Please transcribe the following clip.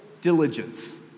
diligence